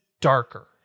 darker